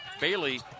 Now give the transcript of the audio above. Bailey